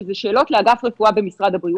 שזה שאלות לאגף רפואה במשרד הבריאות.